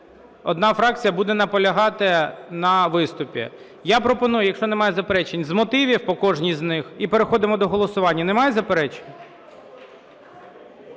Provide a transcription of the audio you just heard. Одна фракція буде наполягати на виступі. Я пропоную, якщо немає заперечень, з мотивів по кожній з них і переходимо до голосування. Немає заперечень?